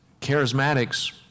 charismatics